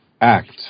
act